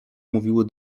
mówiły